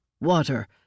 Water